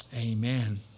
Amen